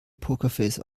pokerface